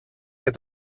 και